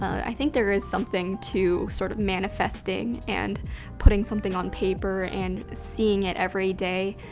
i think there is something to sort of manifesting and putting something on paper and seeing it every day.